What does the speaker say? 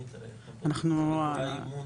התקנונים צריך, אחרי אי אמון.